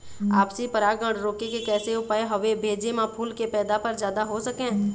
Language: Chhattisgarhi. आपसी परागण रोके के कैसे उपाय हवे भेजे मा फूल के पैदावार जादा हों सके?